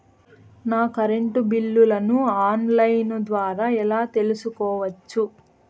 నా కరెంటు బిల్లులను online ద్వారా ఎలా తెలుసుకోవచ్చు?